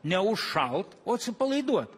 neužšalt o atsipalaiduot